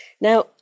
Now